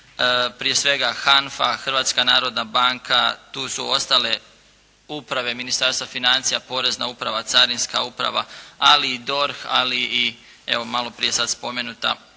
prije svega HANFA, Hrvatska narodna banka, tu su ostale uprave Ministarstva financija, Porezna uprava, Carinska uprava, ali i DORH, ali i evo malo prije sada spomenuta